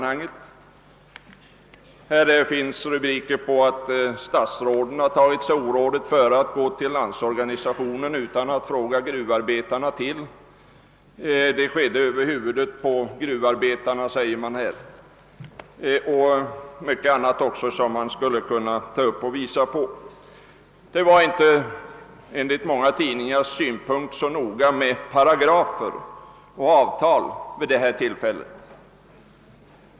Här fanns rubriker om att statsråd tagit sig orådet före att gå till LO utan att fråga gruvarbetarna och att det skedde över huvudet på dessa. Man skulle kunna dra fram mycket annat. Enligt många tidningar var det inte så noga med paragrafer och avtal vid det tillfället.